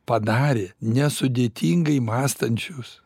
padarė nesudėtingai mąstančius